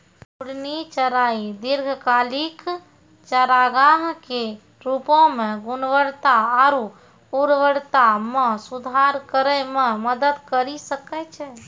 घूर्णि चराई दीर्घकालिक चारागाह के रूपो म गुणवत्ता आरु उर्वरता म सुधार करै म मदद करि सकै छै